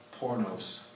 pornos